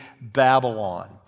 Babylon